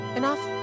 enough